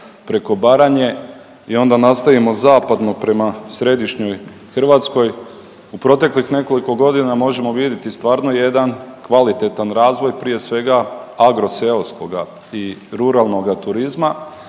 preko Baranje i onda nastavimo zapadno prema središnjoj Hrvatskoj, u proteklih nekoliko godina možemo vidjeti stvarno jedan kvalitetan razvoj, prije svega, agroseoskoga i ruralnoga turizma.